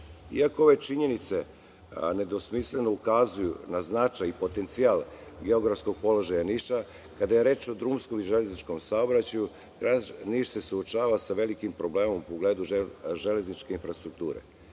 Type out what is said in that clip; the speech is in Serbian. Iako ove činjenice nedvosmisleno ukazuju na značaj i potencijal geografskog položaja Niša kada je reč o drumskom i železničkom saobraćaju, grad Niš se suočava sa velikim problemom u pogledu železničke infrastrukture. Naime,